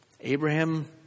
Abraham